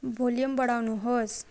volume बढाउनुहोस्